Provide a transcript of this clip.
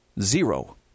Zero